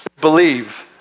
Believe